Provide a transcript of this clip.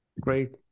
Great